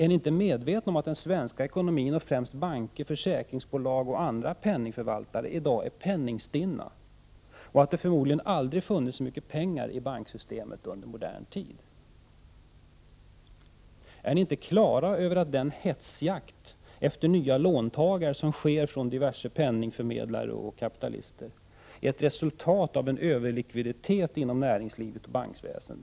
Är ni inte medvetna om att den svenska ekonomin, främst banker, försäkringsbolag och andra penningförvaltare, i dag är penningstinna och att det förmodligen aldrig funnits så mycket pengar i banksystemet under modern tid? Är ni inte klara över att den hetsjakt efter nya låntagare som pågår från diverse penningförmedlares och kapitalisters sida är ett resultat av en överlikviditet inom näringsliv och bankväsende?